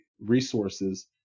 resources